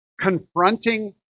confronting